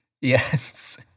Yes